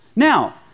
Now